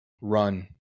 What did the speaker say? Run